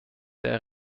der